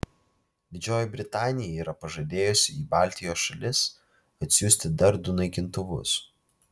didžioji britanija yra pažadėjusi į baltijos šalis atsiųsti dar du naikintuvus